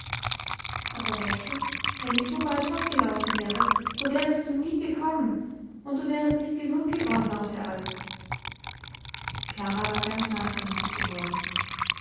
aber weißt du wenn ich so bald fortgelaufen wäre so wärest du nie gekommen und du wärest nicht gesund geworden auf der alp klara war ganz nachdenklich geworden